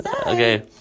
Okay